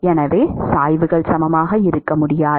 எனவே சாய்வுகள் சமமாக இருக்க முடியாது